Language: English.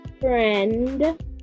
friend